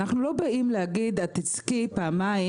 אנחנו לא באים להגיד לה: את תזכי פעמיים,